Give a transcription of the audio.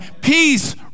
peace